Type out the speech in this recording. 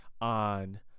on